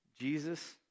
Jesus